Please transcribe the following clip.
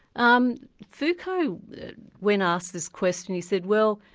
um foucault when asked this question he said, well,